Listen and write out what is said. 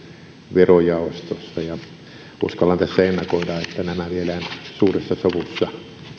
verojaostossa ja uskallan tässä ennakoida että nämä viedään suuressa sovussa